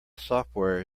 software